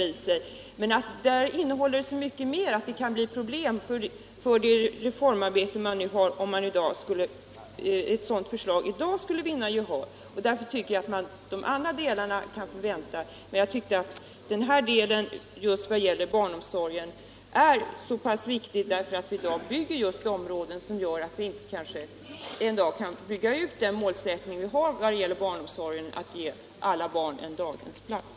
Motionen innehåller så mycket mer än åtgärder för barnomsorgen att det kan bli problem för det remissarbete som nu pågår, om motionens förslag skulle vinna gehör i dag. Jag tycker därför att de andra delarna kan få vänta. Nu byggs nya områden, och om man inte där tar hänsyn till barnomsorgen från början så kanske vi inte kan klara målsättningen att ge alla barn en daghemsplats.